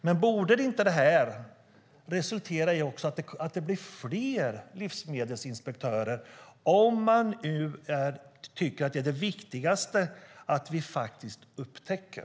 Men borde det inte resultera i att det blir fler livsmedelsinspektörer om man nu tycker att det viktigaste är att vi faktiskt upptäcker?